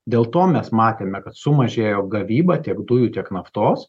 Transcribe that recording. dėl to mes matėme kad sumažėjo gavyba tiek dujų tiek naftos